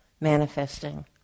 manifesting